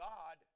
God